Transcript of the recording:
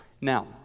Now